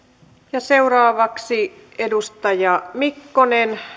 avuksemme seuraavaksi edustaja mikkonen